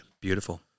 Beautiful